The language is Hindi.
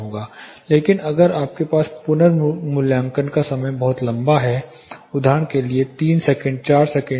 लेकिन अगर आपके पास पुनर्वितरण का समय बहुत लंबा है उदाहरण के लिए 3 सेकंड 4 सेकंड